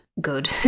Good